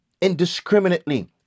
indiscriminately